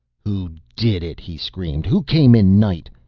who did it? he screamed. who came in night.